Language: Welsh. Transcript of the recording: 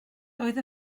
doedd